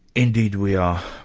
indeed we are.